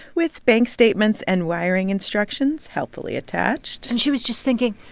with bank statements and wiring instructions helpfully attached and she was just thinking,